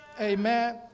Amen